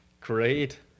Great